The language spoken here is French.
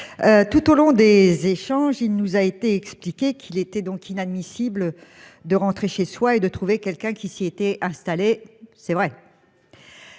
Tout au long des échanges, il nous a été expliqué qu'il était donc inadmissible. De rentrer chez soi et de trouver quelqu'un qui s'y étaient installés. C'est vrai.